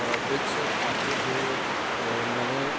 aerobics ਅੱਜ ਦੇ ਨਵੇਂ